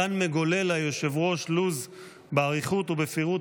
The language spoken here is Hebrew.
כאן מגולל היושב-ראש לוז באריכות ובפירוט